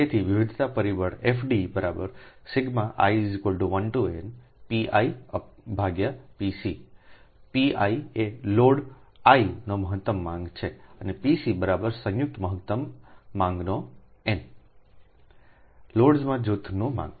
તેથી વિવિધતા પરિબળ FD n ∑pipc Piએ લોડ I ની મહત્તમ માંગ છે અને Pc બરાબર સંયુક્ત મહત્તમ માંગના એન i1 લોડ્સના જૂથની માંગ